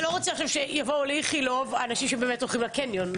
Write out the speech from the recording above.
אנחנו לא רוצים שהם ייכנסו להפסדים.